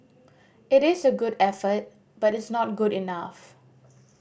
it is a good effort but it's not good enough